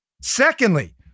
Secondly